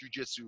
jujitsu